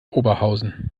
oberhausen